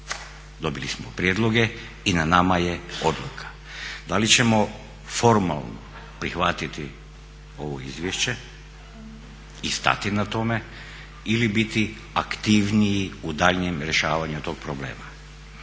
Dobili smo prijedloge i na nama je odluka. Da li ćemo formalno prihvatiti ovo izvješće i stati na tome ili biti aktivniji u daljnjem rješavanju tog problema.